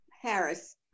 Harris